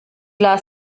las